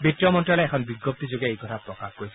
বিত্ত মন্ত্যালয়ে এখন বিজ্ঞপ্তিযোগে এই কথা প্ৰকাশ কৰিছে